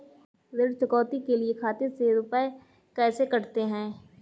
ऋण चुकौती के लिए खाते से रुपये कैसे कटते हैं?